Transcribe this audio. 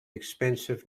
expensive